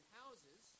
houses